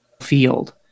field